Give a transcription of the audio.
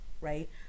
right